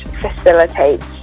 facilitates